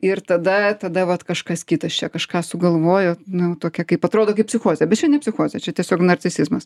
ir tada tada vat kažkas kitas čia kažką sugalvojo nu tokia kaip atrodo kaip psichozė bet čia ne psichozė čia tiesiog narcisizmas